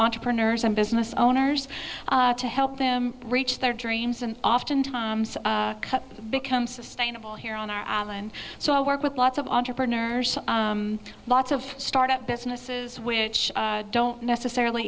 entrepreneurs and business owners to help them reach their dreams and often times become sustainable here on our land so i work with lots of entrepreneurs lots of start up businesses which don't necessarily